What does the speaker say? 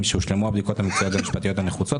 משהושלמו הבדיקות המקצועיות והמשפטיות הנחוצות,